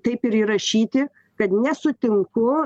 taip ir įrašyti kad nesutinku